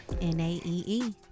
n-a-e-e